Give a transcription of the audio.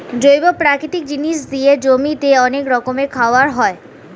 জৈব প্রাকৃতিক জিনিস দিয়ে জমিতে অনেক রকমের খাবার হয়